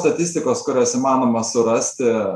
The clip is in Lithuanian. statistikos kuriuos įmanoma surasti